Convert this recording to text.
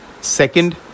second